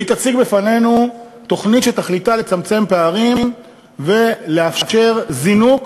והיא תציג בפנינו תוכנית שתכליתה לצמצם פערים ולאפשר זינוק